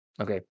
okay